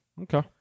Okay